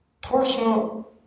personal